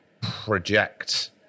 project